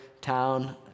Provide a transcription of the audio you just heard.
town